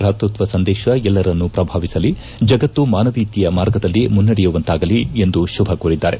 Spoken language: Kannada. ಪ್ರಾತೃತ್ವ ಸಂದೇಶ ಎಲ್ಲರನ್ನೂ ಪ್ರಭಾವಿಸಲಿ ಜಗತ್ತು ಮಾನವೀಯತೆಯ ಮಾರ್ಗದಲ್ಲಿ ಮುನ್ನಡೆಯುವಂತಾಗಲಿ ಎಂದು ಶುಭ ಕೋರಿದ್ದಾರೆ